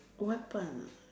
weapon